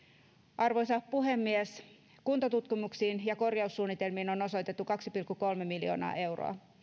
arvoisa puhemies kuntotutkimuksiin ja korjaussuunnitelmiin on osoitettu kaksi pilkku kolme miljoonaa euroa